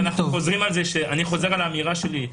אני חוזר על האמירה שלי.